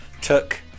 took